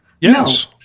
Yes